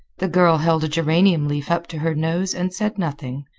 the girl held a geranium leaf up to her nose and said nothing,